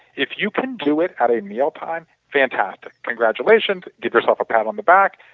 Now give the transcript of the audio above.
if you can do it at a meal time fantastic, congratulations, give yourself a pat on the back,